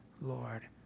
Lord